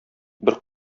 бер